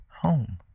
home